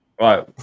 Right